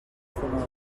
fonoll